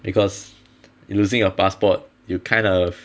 because losing your passport you kind of